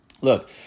Look